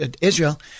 Israel